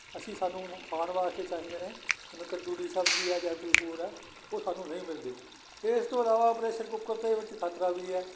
ਅਸੀਂ ਸਾਨੂੰ ਖਾਣ ਵਾਸਤੇ ਚਾਹੀਦੇ ਨੇ ਜਿਵੇਂ ਕੱਦੂ ਦੀ ਸਬਜ਼ੀ ਜਾਂ ਕੋਈ ਹੋਰ ਹੈ ਉਹ ਸਾਨੂੰ ਨਹੀਂ ਮਿਲਦੇ ਇਸ ਤੋਂ ਇਲਾਵਾ ਪ੍ਰੈਸ਼ਰ ਕੁੱਕਰ ਦੇ ਵਿੱਚ ਖ਼ਤਰਾ ਵੀ ਹੈ